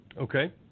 Okay